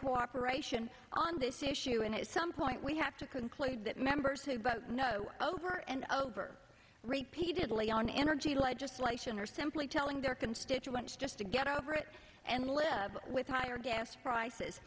cooperation on this issue and it is some point we have to conclude that members who both know over and over repeated lay on energy legislation are simply telling their constituents just to get over it and live with higher gas prices